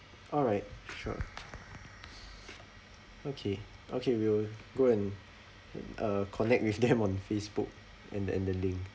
alright sure okay okay we'll go and uh connect with them on Facebook and and the link